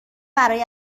برای